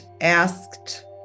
asked